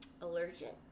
allergic